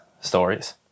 stories